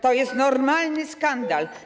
To jest normalnie skandal.